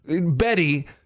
Betty